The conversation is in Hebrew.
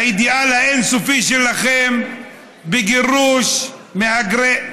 האידיאל האין-סופי שלכם בגירוש מהגרי,